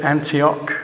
Antioch